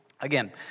again